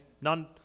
None